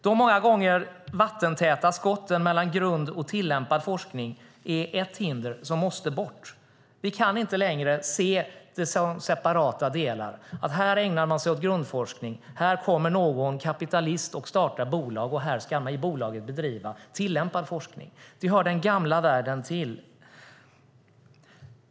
De många gånger vattentäta skotten mellan grundforskning och tillämpad forskning är ett hinder som måste bort. Vi kan inte längre se dem som separata delar: att här ägnar man sig åt grundforskning, här kommer någon kapitalist och startar bolag och här ska slutligen bolaget bedriva tillämpad forskning. Det hör den gamla världen till.